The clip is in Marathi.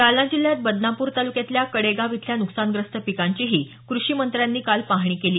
जालना जिल्ह्यात बदनापूर तालुक्यातल्या कडेगाव इथल्या नुकसानग्रस्त पिकांचीही कृषी मंत्र्यांनी काल पाहणी केली